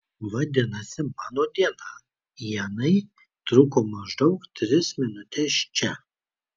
vadinasi mano diena ienai truko maždaug tris minutes čia